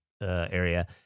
area